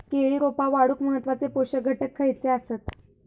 केळी रोपा वाढूक महत्वाचे पोषक घटक खयचे आसत?